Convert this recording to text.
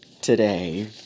today